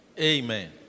Amen